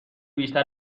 بیشتر